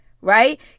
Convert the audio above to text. Right